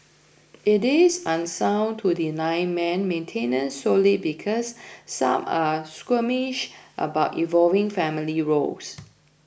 it is unsound to deny men maintenance solely because some are squeamish about evolving family roles